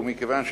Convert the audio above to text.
ומכיוון שכך,